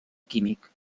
químic